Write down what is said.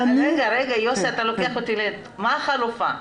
מה החלופה?